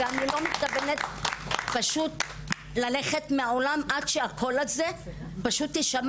ואני לא מתכוונת ללכת מהעולם עד שהקול הזה יישמע.